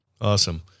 Awesome